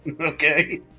Okay